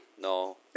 No